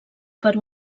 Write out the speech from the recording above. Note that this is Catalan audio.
per